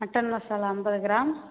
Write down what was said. mutton masala ஐம்பது gram